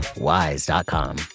wise.com